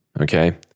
okay